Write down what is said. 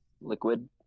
liquid